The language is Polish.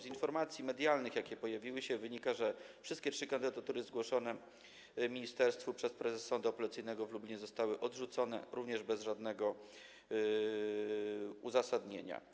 Z informacji medialnych, jakie się pojawiły, wynika, że wszystkie trzy kandydatury zgłoszone ministerstwu przez prezesa Sądu Apelacyjnego w Lublinie zostały odrzucone, również bez żadnego uzasadnienia.